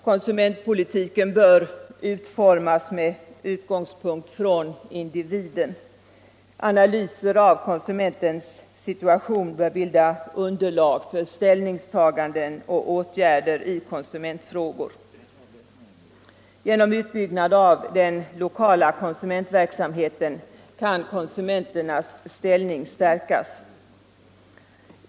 Konsumentpolitiken bör utformas med utgångspunkt i individen. Analyser av konsumentens situation bör bilda underlag för ställningstaganden och åtgärder i konsumentfrågor. Genom utbyggnad av den lokala konsumentverksamheten kan konsumenternas ställning stärkas.